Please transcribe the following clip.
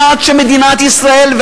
עד שמדינת ישראל,